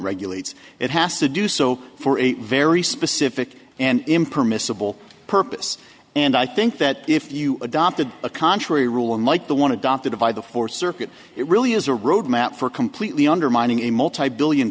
regulates it has to do so for a very specific and impermissible purpose and i think that if you adopted a contrary rule unlike the one adopted by the fourth circuit it really is a road map for completely undermining a multibillion